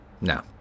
No